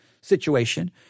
situation